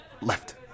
Left